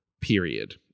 Period